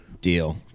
Deal